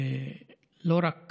לא רק